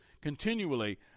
continually